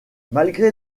malgré